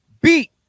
beat